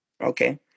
Okay